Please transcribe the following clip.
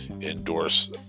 endorse